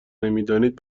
نمیدانید